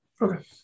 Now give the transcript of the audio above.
Okay